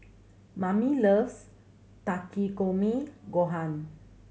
Mamie loves Takikomi Gohan